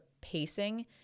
pacing